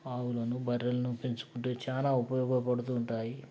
ఆవులను బర్రెలను పెంచుకుంటే చాలా ఉపయోగపడుతుంటాయి